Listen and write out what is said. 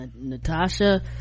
Natasha